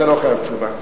אתה לא חייב תשובה,